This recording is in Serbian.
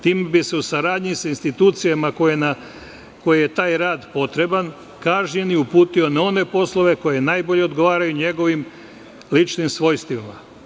Time bih se u saradnji sa institucijama kojima je taj rad potreban, kažnjeni uputio na one poslove koji najbolje odgovaraju njegovim ličnim svojstvima.